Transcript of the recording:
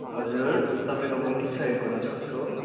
हजुर तपाईँको म के सहयोग गर्नसक्छु